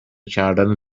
کردن